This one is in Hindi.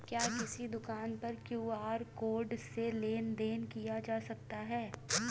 क्या किसी दुकान पर क्यू.आर कोड से लेन देन देन किया जा सकता है?